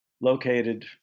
located